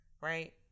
Right